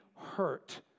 hurt